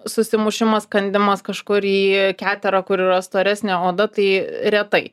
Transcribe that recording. susimušimas kandimas kažkur į keterą kur yra storesnė oda tai retai